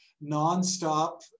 non-stop